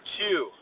two